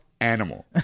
animal